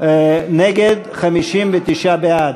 59 בעד.